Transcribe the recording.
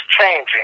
changing